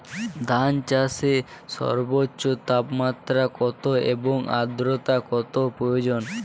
ধান চাষে সর্বোচ্চ তাপমাত্রা কত এবং আর্দ্রতা কত প্রয়োজন?